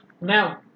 Now